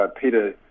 Peter